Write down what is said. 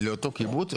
לאותו קיבוץ?